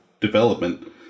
development